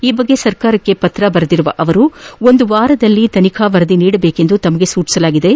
ಈ ಬಗ್ಗೆ ಸರ್ಕಾರಕ್ಷೆ ಪತ್ರ ಬರೆದಿರುವ ಅವರು ಒಂದು ವಾರದೊಳಗೆ ತನಿಖಾ ವರದಿ ನೀಡುವಂತೆ ತಮಗೆ ಸೂಚಿಸಲಾಗಿದ್ದು